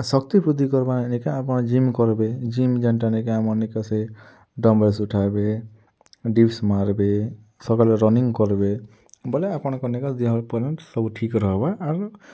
ଆର୍ ଶକ୍ତି ବୃଦ୍ଧି କରବା ଲାଗି ଆପନ୍ ଜିମ୍ କରବେ ଜିମ୍ ଯେନଟା ନିକେ ଆମର୍ ସେଇଟା ଡିମ୍ବଲ୍ସ୍ ଉଠାବେ ଡିପ୍ସ୍ ମାରବେ ସକାଲୁ ରନିଂ କରବେ ବୋଲେ ଆପନକଁର୍ ନିକେ ଦିହର୍ ପରିଣାମ୍ ସବୁ ଠିକ୍ ରହେବା ଆରୁ